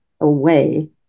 away